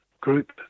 group